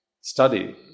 study